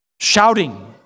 shouting